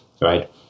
right